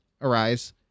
arise